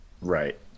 right